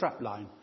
strapline